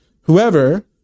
Whoever